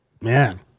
Man